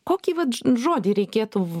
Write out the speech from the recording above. kokį vat žodį reikėtų